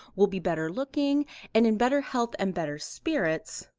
will be better looking and in better health and better spirits,